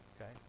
Okay